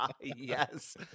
Yes